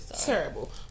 Terrible